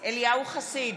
אליהו חסיד,